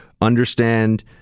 understand